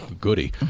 goody